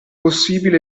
possibile